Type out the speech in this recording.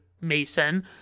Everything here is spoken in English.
Mason